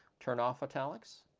turn off italics,